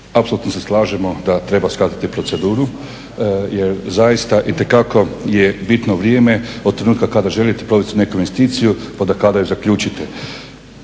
Apsolutno se slažemo da treba skratiti proceduru jer zaista itekako je bitno vrijeme od trenutka kada želite provesti neku investiciju pa do kada ju zaključite.